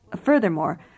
Furthermore